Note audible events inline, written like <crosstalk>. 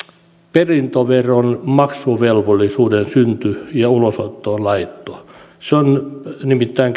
perintöveron maksuvelvollisuuden synty ja ulosottoon laitto se on nimittäin <unintelligible>